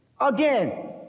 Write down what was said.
again